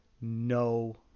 no